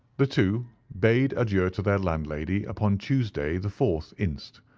the two bade adieu to their landlady upon tuesday, the fourth inst,